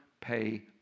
pay